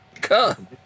Come